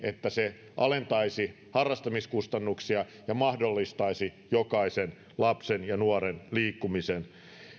että se alentaisi harrastamiskustannuksia ja mahdollistaisi jokaisen lapsen ja nuoren liikkumisen